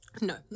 No